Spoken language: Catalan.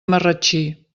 marratxí